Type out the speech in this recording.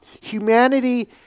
Humanity